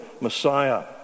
Messiah